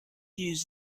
used